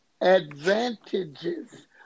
advantages